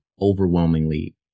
overwhelmingly